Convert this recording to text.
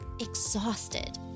exhausted